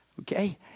Okay